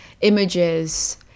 images